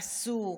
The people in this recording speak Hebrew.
עשו,